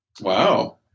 Wow